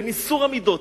בניסור המידות,